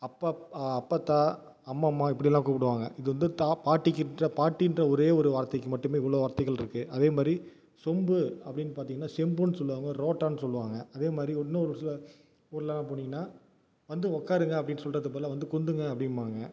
அப்பா அப்பத்தா அம்மம்மா இப்படிலாம் கூப்பிடுவாங்க இது வந்து தா பாட்டிக்கின்ற பாட்டின்ற ஒரே ஒரு வார்த்தைக்கு மட்டுமே இவ்வளோ வார்த்தைகள் இருக்கு அதேமாதிரி சொம்பு அப்படின்னு பார்த்தீங்கன்னா செம்புன்னு சொல்லுவாங்கள் ரோட்டான்னு சொல்லுவாங்கள் அதேமாதிரி இன்னும் ஒரு சில ஊர்லலாம் போனீங்கன்னால் வந்து உட்காருங்க அப்படின்னு சொல்கிறதுக்கு பதிலாக வந்து குந்துங்க அப்படிம்பாங்க